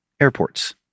airports